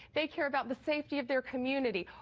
they care about the safety of their community.